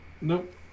Nope